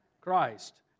Christ